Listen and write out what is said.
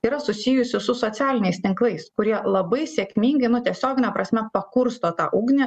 yra susijusi su socialiniais tinklais kurie labai sėkmingai nu tiesiogine prasme pakursto tą ugnį